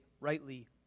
rightly